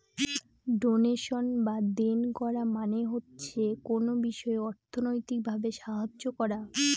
donation বা দেন করা মানে হচ্ছে কোনো বিষয়ে অর্থনৈতিক ভাবে সাহায্য করা